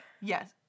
Yes